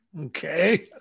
okay